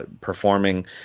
performing